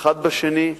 אחד בשני,